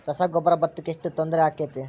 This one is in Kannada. ರಸಗೊಬ್ಬರ, ಭತ್ತಕ್ಕ ಎಷ್ಟ ತೊಂದರೆ ಆಕ್ಕೆತಿ?